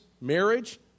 marriage